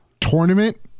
Tournament